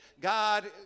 God